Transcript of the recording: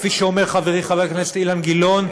כפי שאומר חברי חבר הכנסת אילן גילאון,